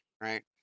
right